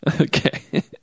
Okay